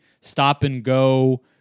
stop-and-go